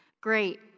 Great